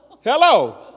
hello